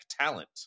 talent